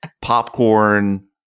Popcorn